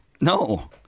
No